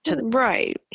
Right